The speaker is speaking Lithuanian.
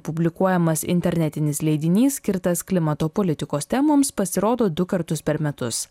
publikuojamas internetinis leidinys skirtas klimato politikos temoms pasirodo du kartus per metus